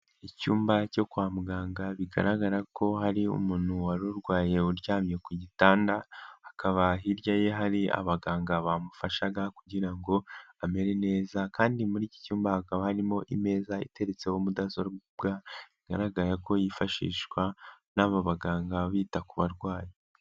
Icyumba cyo kwa muganga bigaragara ko hari umuntu wari urwaye uryamye ku gitanda, akaba hirya ye hari abaganga bamufashaga kugira ngo amere neza, kandi muri iki cyumba hakaba harimo imeza iteretseho mudasobwa, bigaragara ko yifashishwa n'aba baganga bita ku barwayi.